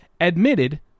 admitted